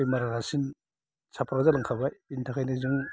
बेमारा रासिन साफ्रा जालांखाबाय बेनि थाखायनो जों